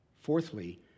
Fourthly